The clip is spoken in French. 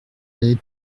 allez